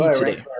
today